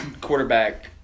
quarterback